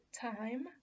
time